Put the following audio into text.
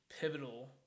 pivotal